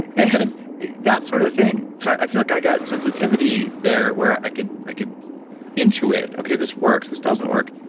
and that sort of thing. so i feel like i got sensitivity there where i could i could intuit, okay, this works, this doesn't work.